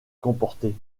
comporter